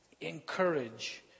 encourage